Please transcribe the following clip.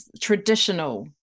traditional